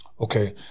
Okay